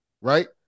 Right